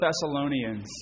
Thessalonians